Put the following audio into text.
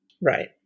right